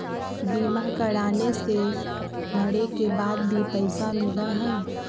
बीमा कराने से मरे के बाद भी पईसा मिलहई?